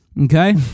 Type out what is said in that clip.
Okay